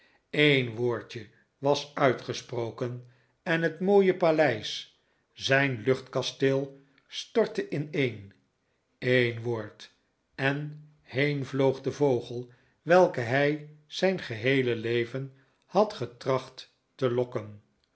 een woordje was uitgesproken en het mooie paleis zijn luchtkasteel stortte ineen een woord en heen vloog de vogel welken hij zijn geheele leven had getracht te lokken